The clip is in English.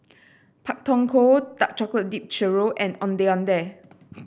Pak Thong Ko Dark Chocolate Dipped Churro and Ondeh Ondeh